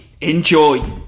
Enjoy